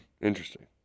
Interesting